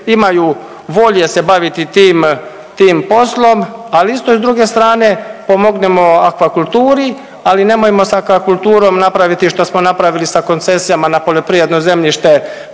imaj volje se baviti tim poslom. Ali isto i s druge strane pomognimo aquakulturi, ali nemojmo sa aquakulturom napraviti što smo napravili sa koncesijama na poljoprivredno zemljište,